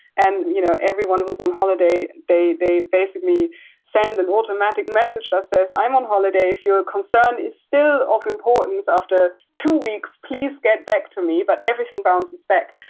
and you know everyone was on holiday, they they basically send an automatic message that says i'm on holiday. if your concern is still of importance after two weeks, please get back to me. but, everything bounces back.